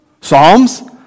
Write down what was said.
Psalms